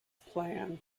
plan